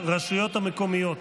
הרשויות המקומיות,